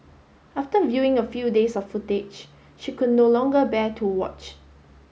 after viewing a few days of footage she could no longer bear to watch